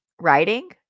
writing